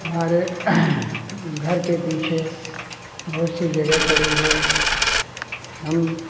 हमारे घर के पीछे बहुत सी जगह पड़ी है हम